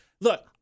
Look